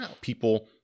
People